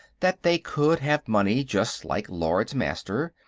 that they could have money just like lords-master,